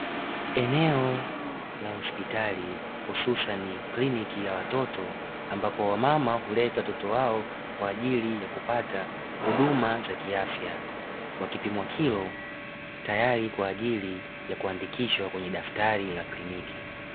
Eneo la hospitali hususani kliniki ya watoto, ambapo wamama huleta watoto wao kwa ajili ya kupata huduma za kiafya, wakipimwa kilo tayari kwa ajili ya kuandikishwa kwenye daftari la kliniki.